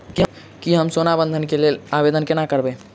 की हम सोना बंधन कऽ लेल आवेदन कोना करबै?